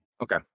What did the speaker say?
Okay